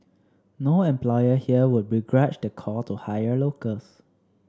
no employer here would begrudge the call to hire locals